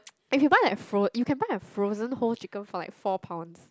if you buy like fro~ you can buy a frozen whole chicken for like four Pounds